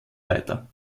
weiter